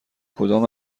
کدام